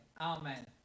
Amen